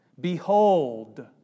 Behold